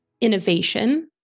innovation